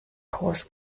groß